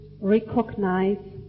recognize